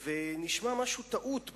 ונשמע משהו כמו טעות בכותרת,